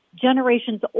generations